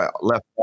left